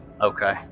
Okay